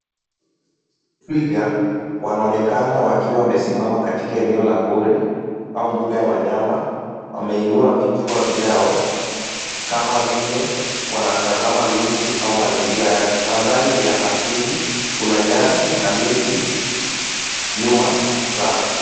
Twiga wanaonekana wakiwa wamesimama katika eneo la pori au mbuga ya wanyama. Wameinua vichwa vyao kama vile wanatazama miti au mazingira yake. Mandhari ni ya asili, kuna nyasi na miti nyuma zao.